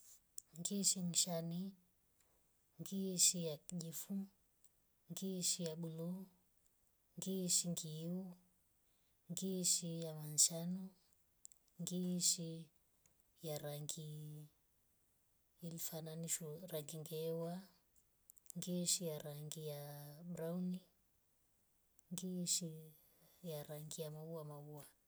Ngiishi nkshani. ngiishi kijefu. ngiishi buunu. ngiishi ngiu. ngiishi yawanshanu. ngiishi ya rangi ifananishwa na rangi ngewa. ngiishi ya rangi ya mrauni. ngiishi ya rangi ya maumau.